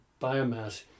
biomass